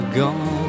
gone